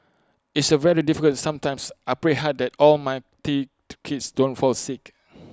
it's A very difficult sometimes I pray hard that all my three kids don't fall sick